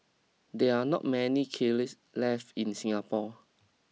there are not many kilns left in Singapore